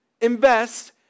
invest